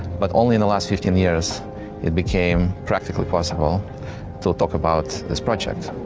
but only in the last fifteen years it became practically possible to talk about this project.